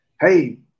hey